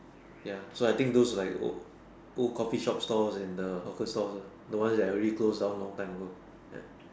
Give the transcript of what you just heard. ya so I think those like old old coffee shops stores and uh hawker stores the ones that already close long time ago ya